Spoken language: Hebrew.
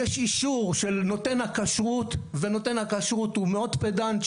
יש אישור של נותן הכשרות ונותן הכשרות הוא מאוד פדנט,